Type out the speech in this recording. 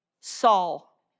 Saul